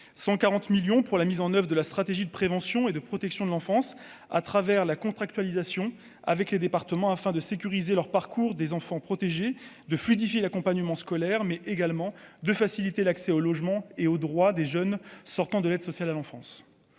140 millions pour la mise en oeuvre de la stratégie de prévention et de protection de l'enfance à travers la contractualisation avec les départements afin de sécuriser leur parcours des enfants protégés de fluidifier l'accompagnement scolaire mais également de faciliter l'accès au logement et aux droits des jeunes sortant de l'aide sociale à l'enfance